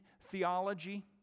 theology